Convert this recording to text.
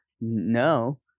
no